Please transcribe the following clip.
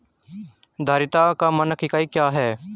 धारिता का मानक इकाई क्या है?